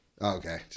okay